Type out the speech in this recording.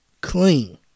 Clean